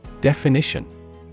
Definition